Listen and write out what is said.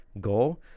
go